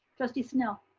trustee snell.